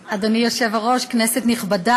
אמרתי: לכל חברי הכנסת.